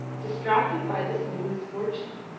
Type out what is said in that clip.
distracted by this new misfortune.